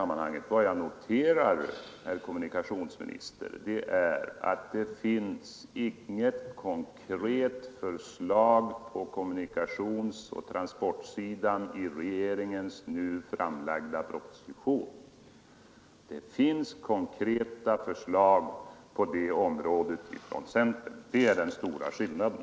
Men vad jag noterar, herr kommunikationsminister, är att det inte finns något konkret förslag på kommunikationsoch transportsidan i regeringens nu framlagda propostion. Däremot finns det konkreta förslag från centern på det området. Det är den stora skillnaden.